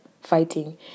fighting